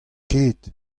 ket